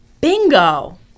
Bingo